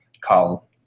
call